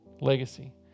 legacy